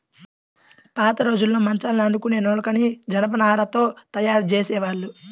పాతరోజుల్లో మంచాల్ని అల్లుకునే నులకని జనపనారతో తయ్యారు జేసేవాళ్ళు